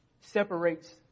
separates